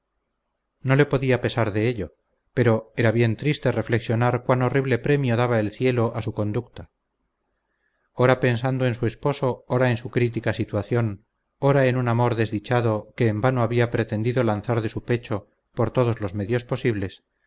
no le podía pesar de ello pero era bien triste reflexionar cuán horrible premio daba el cielo a su conducta ora pensando en su esposo ora en su crítica situación ora en un amor desdichado que en vano había pretendido lanzar de su pecho por todos los medios posibles